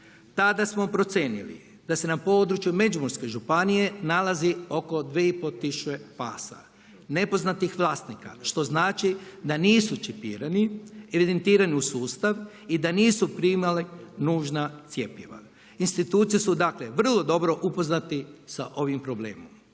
Tada smo procijenili da se na području Međimurske županije nalazi oko 2,5 tisuće pasa nepoznatih vlasnika što znači da nisu čipirani, evidentirani u sustav i da nisu primali nužna cjepiva. Institucije su dakle vrlo dobro upoznati sa ovim problemom.